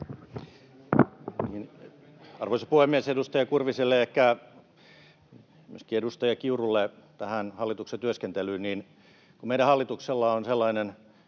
Arvoisa puhemies! Edustaja Kurviselle ja ehkä myöskin edustaja Kiurulle tästä hallituksen työskentelystä: Meidän hallituksella on sellainen